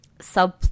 sub